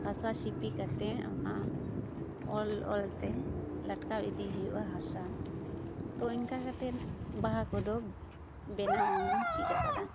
ᱦᱟᱥᱟ ᱥᱤᱯᱤ ᱠᱟᱛᱮ ᱚᱱᱟ ᱚᱞ ᱚᱞᱛᱮ ᱞᱟᱴᱠᱟᱣ ᱤᱫᱤ ᱦᱩᱭᱩᱜᱼᱟ ᱦᱟᱥᱟ ᱛᱚ ᱤᱱᱠᱟ ᱠᱟᱛᱮ ᱵᱟᱦᱟ ᱠᱚᱫᱚ ᱵᱟᱱᱟᱣ ᱤᱧ ᱪᱮᱫ ᱟᱠᱟᱜᱼᱟ